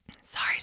Sorry